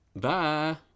Bye